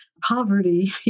poverty